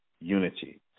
unity